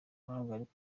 ahagarika